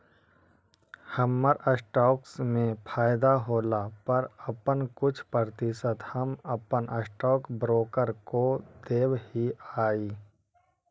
हमर स्टॉक्स में फयदा होला पर अपन कुछ प्रतिशत हम अपन स्टॉक ब्रोकर को देब हीअई